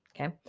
Okay